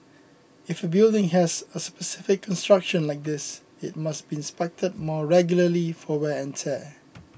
if a building has a specific construction like this it must be inspected more regularly for wear and tear